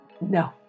No